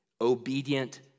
obedient